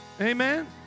Amen